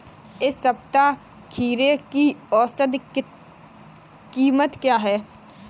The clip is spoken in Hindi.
इस सप्ताह खीरे की औसत कीमत क्या है?